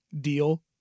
Deal